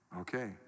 okay